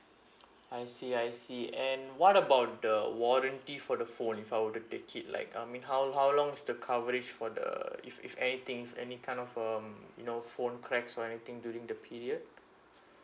I see I see and what about the warranty for the phone if I were to take it like I mean how how long is the coverage for the if if anything's any kind of um you know phone cracks or anything during the period